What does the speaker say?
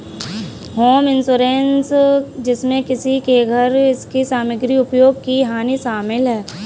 home insurance जिसमें किसी के घर इसकी सामग्री उपयोग की हानि शामिल है